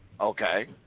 Okay